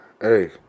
hey